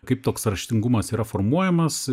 kaip toks raštingumas yra formuojamas